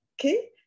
Okay